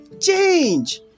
Change